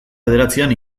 bederatzian